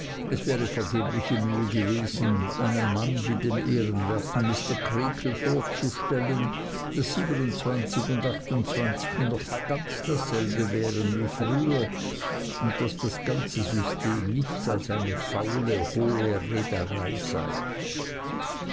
es wäre vergebliche mühe gewesen einem mann wie dem ehrenwerten mr creakle vorzustellen daß und noch ganz dasselbe wären wie früher und das ganze system nichts als eine faule hohle rederei sei